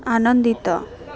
ଆନନ୍ଦିତ